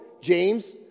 James